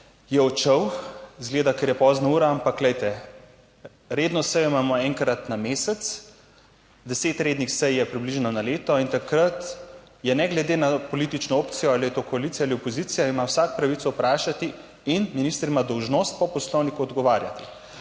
je odšel. Izgleda da zato, ker je pozna ura, ampak glejte, redno sejo imamo enkrat na mesec, deset rednih sej je približno na leto in takrat ima ne glede na politično opcijo, ali je to koalicija ali opozicija, vsak pravico vprašati in minister ima dolžnost, po Poslovniku, odgovarjati.